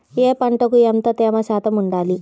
ఏ పంటకు ఎంత తేమ శాతం ఉండాలి?